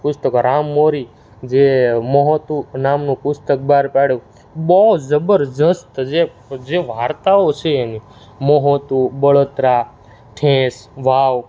પુસ્તકો રામ મોરી જે મહોતું નામનું પુસ્તક બહાર પાડ્યું બહુ જબરજસ્ત જે જે વાર્તાઓ છે એની મહોતું બળત્રા ઠેંસ વાવ